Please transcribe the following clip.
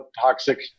toxic